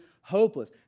hopeless